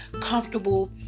comfortable